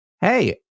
Hey